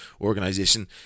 organization